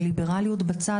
וליברליות בצד,